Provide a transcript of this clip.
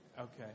Okay